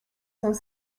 sans